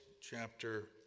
chapter